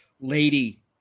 Lady